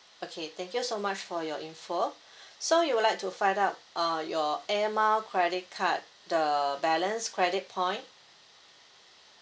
okay thank you so much for your info so you would like to find out uh your air mile credit card the balance credit point